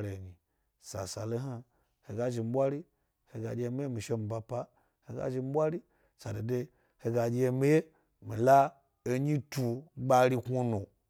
sasale hna, he ga zhi mi vwari he ga zhim ɓwari soso he ga ɗye mi wye mi shiomi ba pa. he ga zhi mi ɓwari sadodo he ga ɗye mi wye mila enyi tu gbari kknunu.